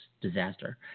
disaster